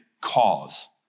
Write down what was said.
cause